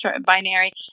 binary